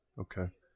Okay